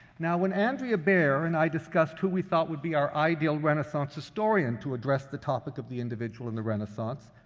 now, when andrea bayer and i discussed who we thought would be our ideal renaissance historian to address the topic of the individual in the renaissance,